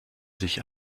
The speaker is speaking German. sich